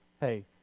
hey